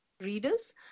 readers